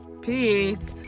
Peace